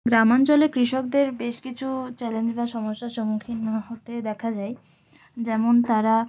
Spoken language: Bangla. গ্রামাঞ্চলে কৃষকদের বেশ কিছু চ্যালেঞ্জ বা সমস্যার সম্মুখীন হতে দেখা যায় যেমন তারা